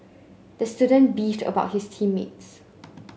the student beefed about his team mates